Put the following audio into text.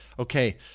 Okay